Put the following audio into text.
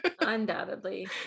undoubtedly